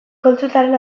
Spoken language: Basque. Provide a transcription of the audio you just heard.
kontsultaren